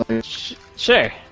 Sure